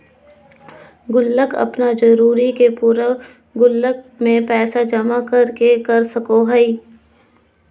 गुल्लक अपन जरूरत के पूरा गुल्लक में पैसा जमा कर के कर सको हइ